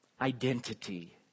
identity